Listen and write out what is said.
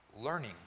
learning